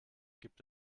gibt